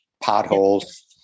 potholes